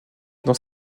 dans